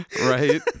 Right